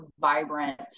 vibrant